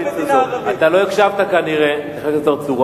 כנראה לא הקשבת לחבר הכנסת צרצור.